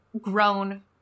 grown